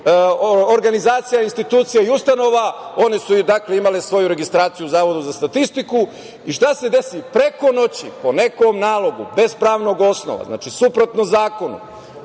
organizacija, institucija i ustanova, one su imale svoju registraciju u Zavodu za statistiku.I šta se desi? Preko noći, po nekom nalogu, bez pravnog osnova, suprotno zakonu,